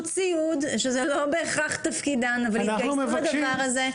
ציוד, שזה לא בהכרח תפקידן, אבל התגייסו לדבר הזה,